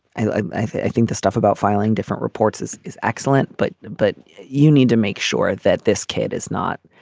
i think the stuff about filing different reports is is excellent but but you need to make sure that this kid is not